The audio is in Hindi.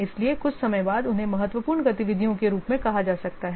इसलिए कुछ समय बाद उन्हें महत्वपूर्ण गतिविधियों के रूप में कहा जा सकता है